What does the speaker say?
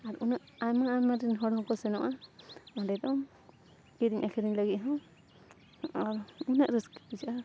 ᱟᱨ ᱩᱱᱟᱹᱜ ᱟᱭᱢᱟ ᱟᱭᱢᱟ ᱨᱮᱱ ᱦᱚᱲ ᱦᱚᱸᱠᱚ ᱥᱮᱱᱚᱜᱼᱟ ᱚᱸᱰᱮ ᱫᱚ ᱠᱤᱨᱤᱧ ᱟᱹᱠᱷᱨᱤᱧ ᱞᱟᱹᱜᱤᱫ ᱦᱚᱸ ᱟᱨ ᱩᱱᱟᱹᱜ ᱨᱟᱹᱥᱠᱟᱹ ᱵᱩᱡᱷᱟᱹᱜᱼᱟ